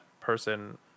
person